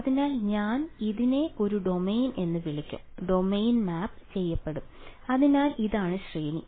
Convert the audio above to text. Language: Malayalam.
അതിനാൽ ഞാൻ ഇതിനെ ഒരു ഡൊമെയ്ൻ എന്ന് വിളിക്കും ഡൊമെയ്ൻ മാപ്പ് ചെയ്യപ്പെടും അതിനാൽ ഇതാണ് ശ്രേണി